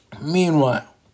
Meanwhile